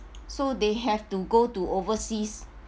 so they have to go to overseas